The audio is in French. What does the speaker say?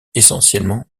essentiellement